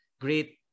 great